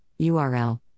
URL